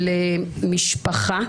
למשפחה.